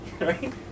right